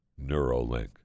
Neuralink